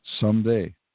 Someday